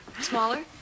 smaller